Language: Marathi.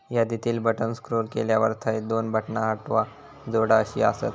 यादीतली बटण स्क्रोल केल्यावर थंय दोन बटणा हटवा, जोडा अशी आसत